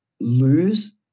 lose